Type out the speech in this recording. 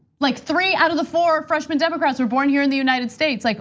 like three out of the four freshmen democrats were born here in the united states. like